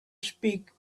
speak